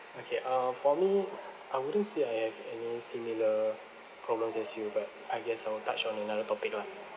okay uh for me I wouldn't say I have any similar problems as you but I guess I will touch on another topic lah